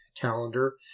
calendar